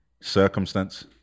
circumstance